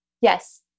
Yes